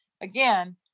again